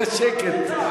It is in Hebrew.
היה שקט.